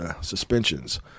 suspensions